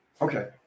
Okay